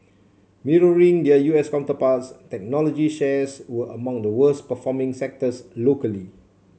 mirroring their U S counterparts technology shares were among the worst performing sectors locally